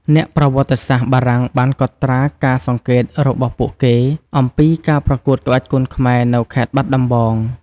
អ្នកប្រវត្តិសាស្រ្តបារាំងបានកត់ត្រាការសង្កេតរបស់ពួកគេអំពីការប្រកួតក្បាច់គុនខ្មែរនៅខេត្តបាត់ដំបង។